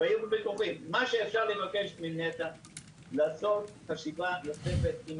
מה שאפשר לבקש מנת"ע זה לעשות חשיבה נוספת ואם